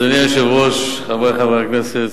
אדוני היושב-ראש, חברי חברי הכנסת,